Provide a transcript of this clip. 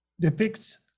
depicts